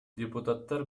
депутаттар